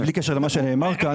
בלי קשר למה שנאמר כאן,